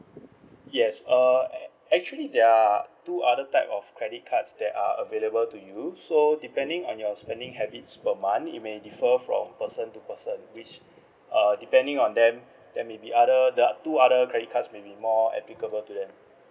yes err actually there are two other type of credit cards that are available to you so depending on your spending habits per month it may differ from person to person which err depending on them there may be other there are two other credit cards maybe more applicable to them